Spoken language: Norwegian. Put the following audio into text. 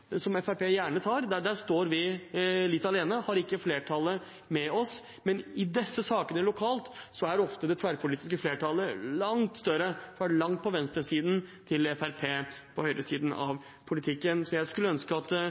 som Fremskrittspartiet gjerne tar, står vi litt alene. Vi har ikke flertallet med oss. Men i disse sakene lokalt er ofte det tverrpolitiske flertallet langt større, fra langt ut på venstresiden til Fremskrittspartiet på høyresiden av politikken. Jeg skulle ønske at